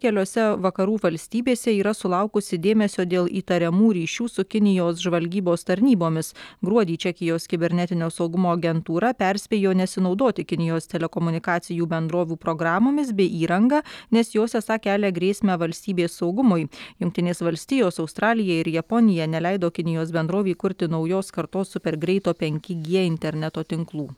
keliose vakarų valstybėse yra sulaukusi dėmesio dėl įtariamų ryšių su kinijos žvalgybos tarnybomis gruodį čekijos kibernetinio saugumo agentūra perspėjo nesinaudoti kinijos telekomunikacijų bendrovių programomis bei įranga nes jos esą kelia grėsmę valstybės saugumui jungtinės valstijos australija ir japonija neleido kinijos bendrovei kurti naujos kartos super greito penki gie interneto tinklų